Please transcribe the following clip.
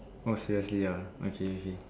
oh seriously ya okay okay